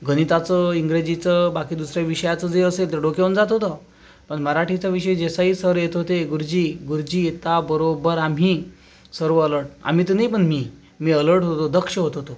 गणिताचं इंग्रजीचं बाकी दुसऱ्या विषयाचं जे असे ते डोक्यावरून जात होतं पण मराठीचं विषय देसाई सर येत होते गुरुजी गुरुजी येता बरोबर आम्ही सर्व अलर्ट आम्ही तर नाही पण मी मी अलर्ट होत होतो दक्ष होत होतो